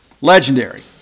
Legendary